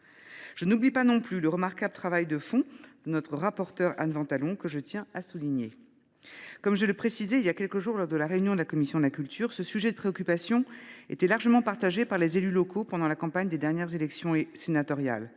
Je n’oublie pas non plus le remarquable travail de fond effectué par notre rapporteure Anne Ventalon, que je tiens à souligner. Comme je le précisais il y a quelques jours lors de la réunion de la commission de la culture, ce sujet a largement préoccupé les élus locaux pendant la campagne des dernières élections sénatoriales.